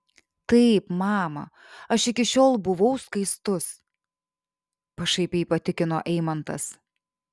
taip mama aš iki šiol buvau skaistus pašaipiai patikino eimantas